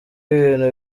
ibintu